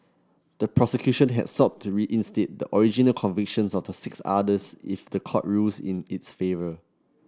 the prosecution had sought to reinstate the original convictions of the six others if the court rules in its favour